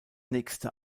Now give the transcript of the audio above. nächste